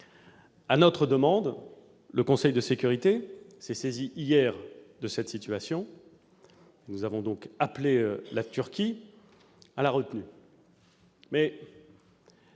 À notre demande, le Conseil de sécurité s'est saisi hier de cette situation. Nous avons appelé la Turquie à la retenue.